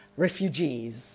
refugees